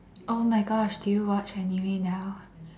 oh my gosh do you watch anime now